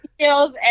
skills